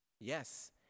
Yes